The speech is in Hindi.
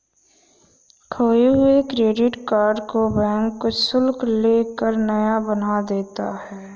खोये हुए क्रेडिट कार्ड को बैंक कुछ शुल्क ले कर नया बना देता है